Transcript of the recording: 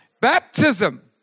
Baptism